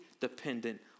dependent